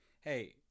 Hey